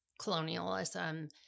colonialism